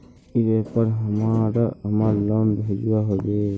ई व्यापार हमार लोन भेजुआ हभे?